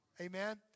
Amen